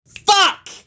Fuck